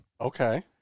Okay